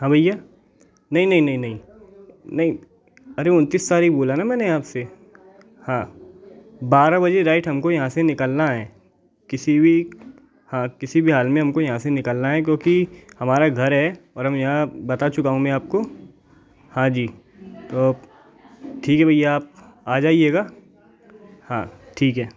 हाँ भैया नहीं नहीं नहीं नहीं नहीं अरे उनतीस तारिख़ बोला ना मैंने आप से हाँ बारह बजे राइट हम को यहाँ से निकलना है किसी भी हाँ किसी भी हाल में हम को यहाँ से निकलना है क्योंकि हमारा घर है और हम यहाँ बता चुका हूँ मैं आपको हाँ जी तो ठीक है भैया आप आ जाइएगा हाँ ठीक है